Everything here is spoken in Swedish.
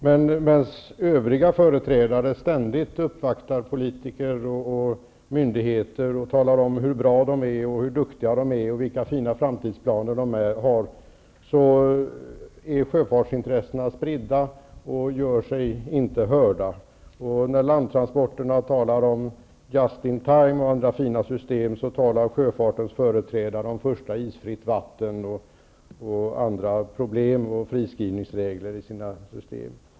Medan övriga företrädare ständigt uppvaktar politiker och myndigheter och talar om hur duktiga de är och vilka fina framtidsplaner de har är sjöfartsintressena spridda och gör sig inte hörda. När landtransporternas företrädare talar om justin-time och andra fina system talar sjöfartens företrädare om första isfritt vatten och friskrivningsregler i sina system.